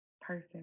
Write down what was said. person